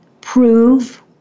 prove